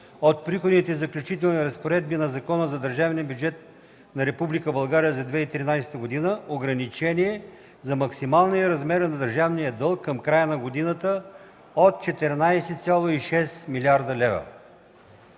от Преходните и заключителните разпоредби на Закона за държавния бюджет на Република България за 2013 г. ограничение за максималния размер на държавния дълг към края на годината от 14,6 млрд. лв.